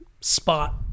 spot